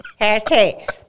Hashtag